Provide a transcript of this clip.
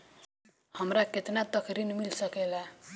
हमरा केतना तक ऋण मिल सके ला?